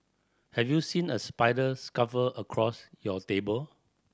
have you seen a spider across your table